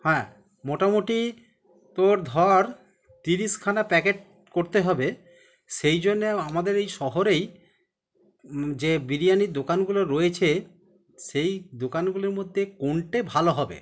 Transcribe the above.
হ্যাঁ মোটামুটি তোর ধর তিরিশ খানা প্যাকেট করতে হবে সেই জন্য আমাদের এই শহরেই যে বিরিয়ানির দোকানগুলো রয়েছে সেই দোকানগুলির মধ্যে কোনটা ভালো হবে